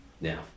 Now